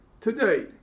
today